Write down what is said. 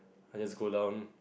I just go down